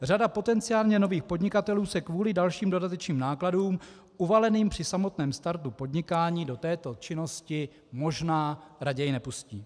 Řada potenciálně nových podnikatelů se kvůli dalším dodatečným nákladům uvaleným při samotném startu do této činnosti možná raději nepustí.